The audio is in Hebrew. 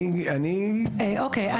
אוקי,